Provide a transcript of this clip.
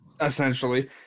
essentially